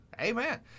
Amen